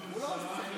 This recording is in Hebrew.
אינו נוכח,